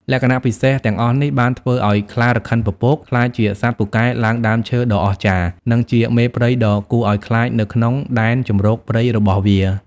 លក្ខណៈពិសេសទាំងអស់នេះបានធ្វើឲ្យខ្លារខិនពពកក្លាយជាសត្វពូកែឡើងដើមឈើដ៏អស្ចារ្យ និងជាមេព្រៃដ៏គួរឲ្យខ្លាចនៅក្នុងដែនជម្រកព្រៃរបស់វា។